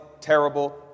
terrible